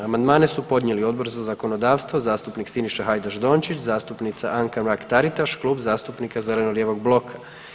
Amandmane su podnijeli Odbor za zakonodavstvo, zastupnik Siniša Hajdaš Dončić, zastupnica Anka Mrak-Taritaš, Klub zastupnika zeleno-lijevog bloka.